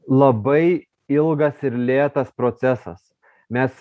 labai ilgas ir lėtas procesas mes